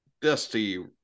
Dusty